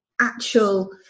actual